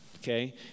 Okay